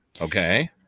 Okay